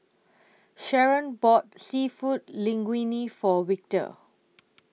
Sharron bought Seafood Linguine For Victor